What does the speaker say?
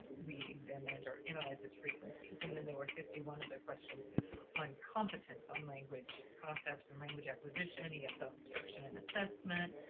ah we examined or analyzed its frequencies. and then there were fifty one of the questions on competence on language concepts and language acquisition, esl so instruction and assessment,